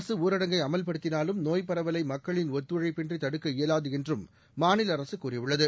அரசு ஊரடங்கை அமல்படுத்தினாலும் நோய்ப் பரவலை மக்களின் ஒத்துழைப்பின்றி தடுக்க இயலாது என்றும் மாநில அரசு கூறியுள்ளது